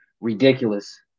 ridiculous